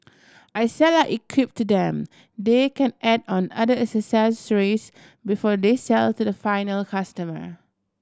I sell our equip to them they can add on other accessories before they sell to the final customer